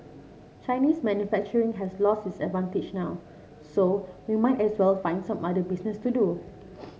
Chinese manufacturing has lost its advantage now so we might as well find some other business to do